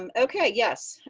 um ok. yes.